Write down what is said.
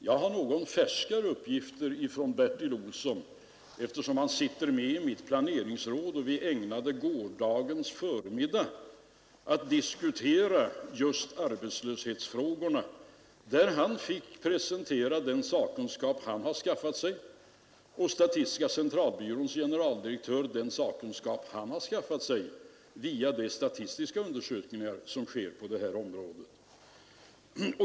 Jag har en färskare uppgift från Bertil Olsson, eftersom han sitter med i mitt planeringsråd och vi ägnade gårdagens förmiddag åt att diskutera just arbetslöshetsfrågorna. Där fick han presentera den sakkunskap han har skaffat sig och statistiska centralbyråns generaldirektör den sakkunskap han har skaffat sig via de statistiska undersökningar som sker på det här området.